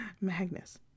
magnus